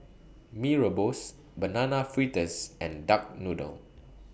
Mee Rebus Banana Fritters and Duck Noodle